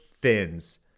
thins